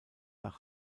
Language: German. nach